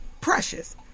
Precious